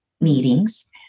meetings